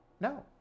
No